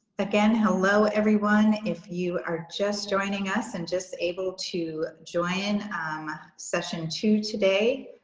again, hello, everyone. if you are just joining us and just able to join session two today,